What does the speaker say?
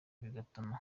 bigatuma